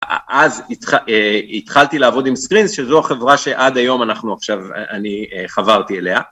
אז התחלתי לעבוד עם סקרינס, שזו החברה שעד היום אנחנו עכשיו, אני חברתי אליה.